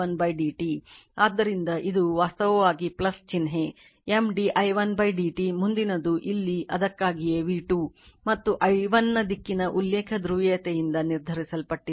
ಆದ್ದರಿಂದ ಇದು ವಾಸ್ತವವಾಗಿ ಚಿಹ್ನೆ M d i1 dt ಮುಂದಿನದು ಇಲ್ಲಿ ಅದಕ್ಕಾಗಿಯೇ v2 ಮತ್ತು i1 ನ ದಿಕ್ಕಿನ ಉಲ್ಲೇಖ ಧ್ರುವೀಯತೆಯಿಂದ ನಿರ್ಧರಿಸಲ್ಪಟ್ಟಿದೆ